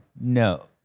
No